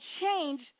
change